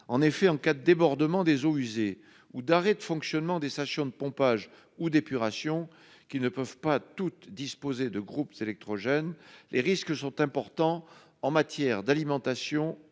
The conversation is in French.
? En cas de débordement des eaux usées ou d'arrêt du fonctionnement des stations de pompage ou d'épuration, qui ne peuvent pas toutes disposer de groupes électrogènes, on encourt en effet des risques importants en matière d'alimentation